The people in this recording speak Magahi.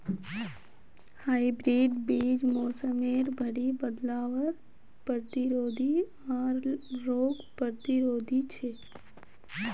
हाइब्रिड बीज मोसमेर भरी बदलावर प्रतिरोधी आर रोग प्रतिरोधी छे